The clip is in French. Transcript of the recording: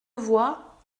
voix